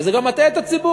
וזה גם מטעה את הציבור,